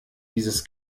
dieses